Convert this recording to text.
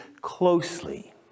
closely